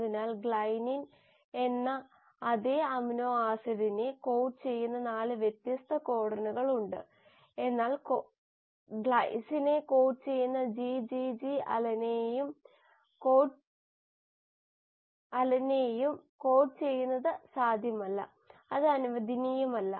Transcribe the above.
അതിനാൽ ഗ്ലൈസിൻ എന്ന അതേ അമിനോ ആസിഡിനെ കോഡ് ചെയ്യുന്ന 4 വ്യത്യസ്ത കോഡണുകൾ ഉണ്ട് എന്നാൽ ഗ്ലൈസിനെ കോഡ് ചെയ്യുന്ന GGG അലനൈനെയും കോഡ് ചെയ്യുന്നത് സാധ്യമല്ല അത് അനുവദനീയമല്ല